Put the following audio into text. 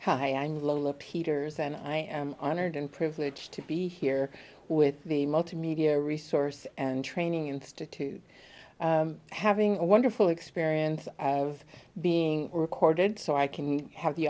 hi i'm lola peters and i am honored and privileged to be here with the multimedia resource and training institute having a wonderful experience of being recorded so i can have the